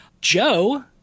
Joe